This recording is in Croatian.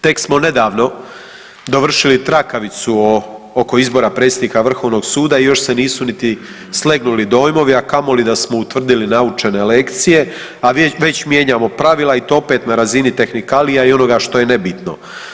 Tek smo nedavno dovršili trakavicu oko izbora predsjednika vrhovnog suda i još se nisu niti slegnuli dojmovi, a kamoli da smo utvrdili naučene lekcije, a već mijenjamo pravila i to opet na razini tehnikalija i onoga što je nebitno.